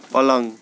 पलङ